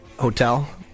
Hotel